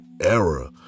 era